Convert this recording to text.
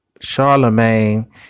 Charlemagne